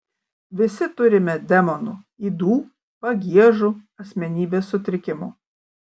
visi turime demonų ydų pagiežų asmenybės sutrikimų